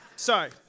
Sorry